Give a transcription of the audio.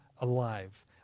alive